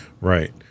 right